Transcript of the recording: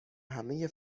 همهی